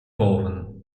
boven